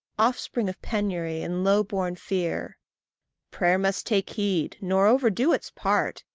offspring of penury and low-born fear prayer must take heed nor overdo its part,